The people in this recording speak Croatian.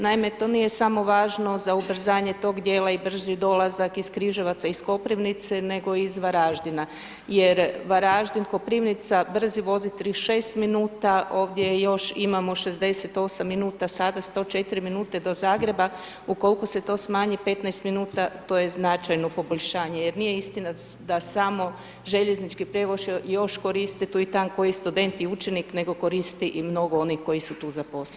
Naime, to nije samo važno za ubrzanje tog djela i brži dolazak iz Križevaca, iz Koprivnice nego i iz Varaždina jer Varaždin-Koprivnica brzi vozi 36 minuta, ovdje još imamo 68 minuta, sada 104 minute do Zagreba, ukoliko se to smanji, 15 minuta, to je značajno poboljšanje jer nije istina da samo željeznički prijevoz još koristi tu i tam koji student i učenike, nego koristi i mnogo onih koji su tu zaposleni.